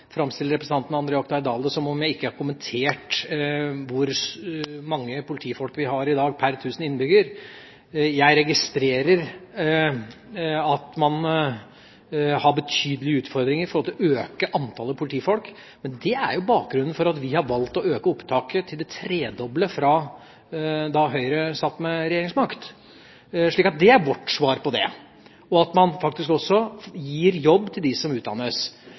framstiller representanten André Oktay Dahl det som om jeg ikke har kommentert hvor mange politifolk vi har i dag per 1 000 innbyggere. Jeg registrerer at man har betydelige utfordringer når det gjelder å øke antallet politifolk. Det er bakgrunnen for at vi har valgt å øke opptaket til det tredobbelte fra da Høyre satt med regjeringsmakt. Så det er vårt svar på dette, og også at man gir jobb til dem som utdannes.